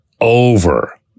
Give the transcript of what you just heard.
over